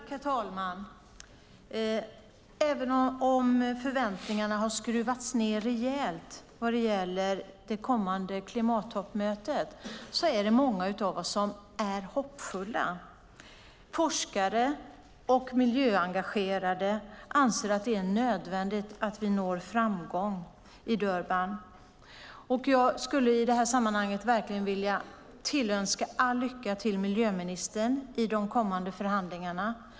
Herr talman! Även om förväntningarna skruvats ned rejält vad gäller det kommande klimattoppmötet är många av oss hoppfulla. Forskare och miljöengagerade anser att det är nödvändigt att vi når framgång i Durban. Jag skulle i det här sammanhanget vilja tillönska miljöministern all lycka i de kommande förhandlingarna.